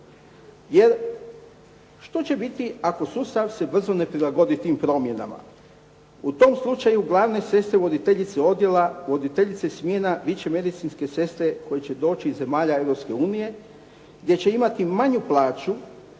Jer, što će biti ako sustav se brzo ne prilagodi tim promjenama. U tom slučaju glavne sestre voditeljice odjela, voditeljice smjena, više medicinske sestre koje će doći iz zemalja Europske unije gdje će imati manju plaću,